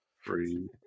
Free